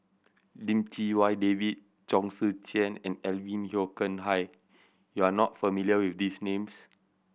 Lim Chee Wai David Chong Tze Chien and Alvin Yeo Khirn Hai you are not familiar with these names